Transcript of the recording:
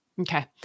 Okay